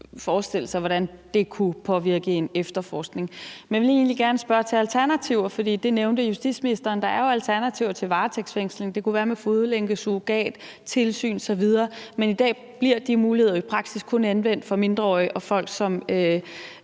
forestille sig hvordan kunne påvirke en efterforskning. Men jeg vil egentlig gerne spørge til alternativer, for det nævnte justitsministeren. Der er jo alternativer til varetægtsfængsling. Det kunne være med fodlænke, surrogat, tilsyn osv., men i dag bliver de muligheder i praksis kun anvendt i forbindelse med mindreårige og folk, som